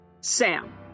Sam